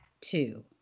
Two